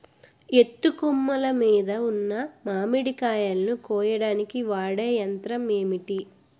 ఎత్తు కొమ్మలు మీద ఉన్న మామిడికాయలును కోయడానికి వాడే యంత్రం ఎంటి?